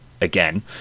again